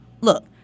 Look